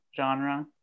genre